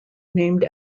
named